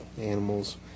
animals